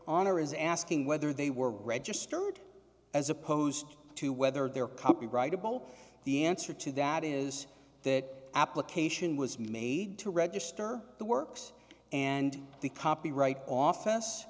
honor is asking whether they were registered as opposed to whether their copyrightable the answer to that is that application was made to register the works and the copyright office